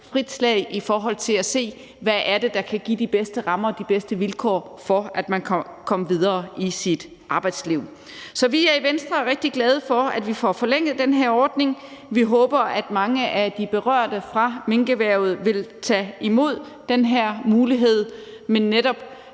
frit slag i forhold til at se på, hvad det er, der kan give de bedste rammer og de bedste vilkår for, at man komme videre i sit arbejdsliv. Så vi er i Venstre rigtig glade for, at vi får forlænget den her ordning. Vi håber, at mange af de berørte fra minkerhvervet vil tage imod den her mulighed, og her